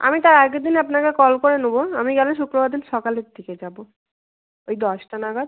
আমি তার আগের দিন আপনাকে কল করে নেব আমি গেলে শুক্রবার দিন সকালের দিকে যাব ওই দশটা নাগাদ